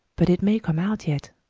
but it may come out yet,